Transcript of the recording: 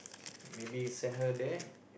maybe send her there